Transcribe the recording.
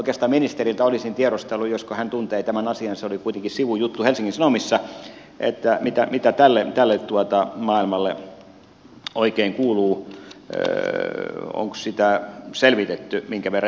oikeastaan ministeriltä olisin tiedustellut josko hän tuntee tämän asian se oli kuitenkin sivun juttu helsingin sanomissa mitä tälle maailmalle oikein kuuluu onko sitä selvitetty ja minkä verran